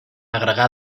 agregar